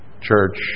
church